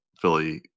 Philly